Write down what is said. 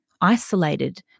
isolated